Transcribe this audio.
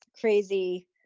crazy